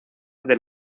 del